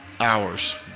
Hours